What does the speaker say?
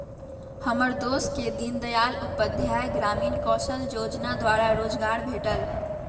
हमर दोस के दीनदयाल उपाध्याय ग्रामीण कौशल जोजना द्वारा रोजगार भेटल